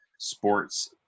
Sports